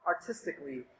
artistically